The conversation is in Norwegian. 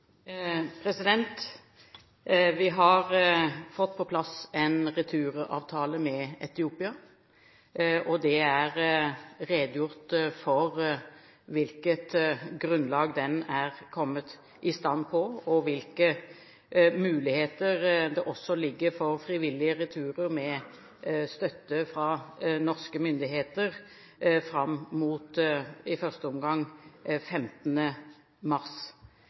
Vi har fått på plass en returavtale med Etiopia. Det er redegjort for hvilket grunnlag den er kommet i stand på, og for hvilke muligheter det også ligger for frivillige returer med støtte fra norske myndigheter fram mot – i første omgang – 15. mars.